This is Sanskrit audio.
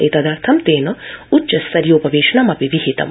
एतदर्थं तेन उच्च स्तरीयोपवेशनमपि विहितम्